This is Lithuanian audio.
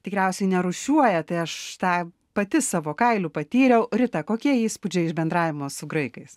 tikriausiai nerūšiuoja tai aš tą pati savo kailiu patyriau rita kokie įspūdžiai iš bendravimo su graikais